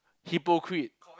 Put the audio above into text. hypocrite